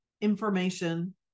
information